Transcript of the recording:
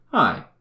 Hi